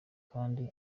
kandi